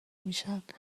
میشود